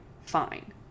fine